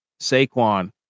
Saquon